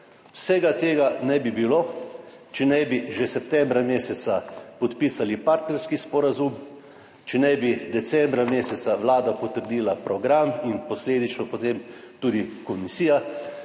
Vsega tega ne bi bilo, če ne bi že meseca septembra podpisali partnerskega sporazuma, če ne bi meseca decembra Vlada potrdila programa, in posledično potem tudi komisija,